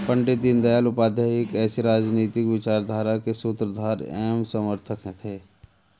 पण्डित दीनदयाल उपाध्याय एक ऐसी राजनीतिक विचारधारा के सूत्रधार एवं समर्थक थे